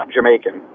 Jamaican